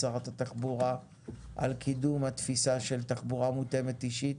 שרת התחבורה על קידום התפיסה של תחבורה מותאמת אישית